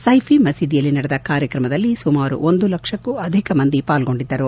ಸೈಫಿ ಮಸೀದಿಯಲ್ಲಿ ನಡೆದ ಕಾರ್ಯಕ್ರಮದಲ್ಲಿ ಸರಿಸುಮಾರು ಒಂದು ಲಕ್ಷಕ್ಕೂ ಅಧಿಕ ಮಂದಿ ಪಾಲ್ಗೊಂಡಿದ್ದರು